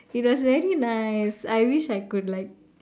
it was very nice I wish I could like